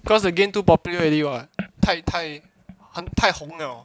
because again too popular already [what] 太太很太红了